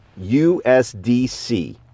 USDC